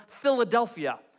Philadelphia